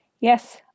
yes